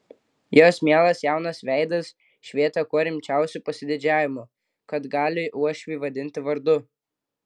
jos mielas jaunas veidas švietė kuo rimčiausiu pasididžiavimu kad gali uošvį vadinti vardu